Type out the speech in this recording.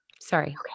Sorry